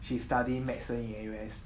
she study medicine in N_U_S